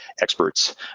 experts